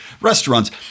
restaurants